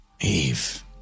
Eve